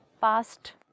past